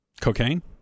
Cocaine